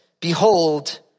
behold